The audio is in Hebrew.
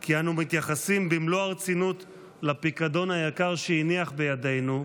כי אנו מתייחסים במלוא הרצינות לפיקדון היקר שהניח בידינו,